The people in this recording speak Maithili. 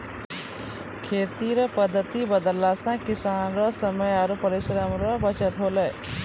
खेती रो पद्धति बदलला से किसान रो समय आरु परिश्रम रो बचत होलै